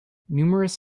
numerous